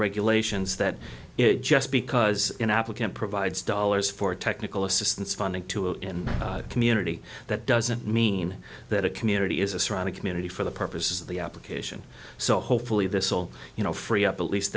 regulations that just because an applicant provides dollars for technical assistance funding to in a community that doesn't mean that a community is a surrounding community for the purposes of the application so hopefully this will you know free up at least